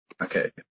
Okay